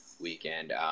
weekend